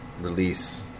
release